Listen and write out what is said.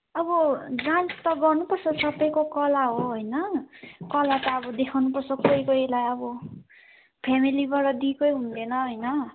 अब डान्स त गर्नुपर्छ सबैको कला हो होइन कला त अब देखउनुपर्छ कोही कोहीलाई अब फेमिलीबाट दिएकै हुँदैन होइन